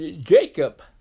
Jacob